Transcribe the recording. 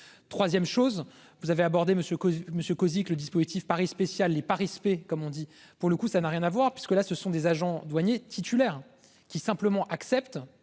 créé 3ème chose vous avez abordé monsieur monsieur Cozic le dispositif Paris spécial les spé, comme on dit, pour le coup, ça n'a rien à voir parce que là ce sont des agents douaniers titulaires qui simplement accepte,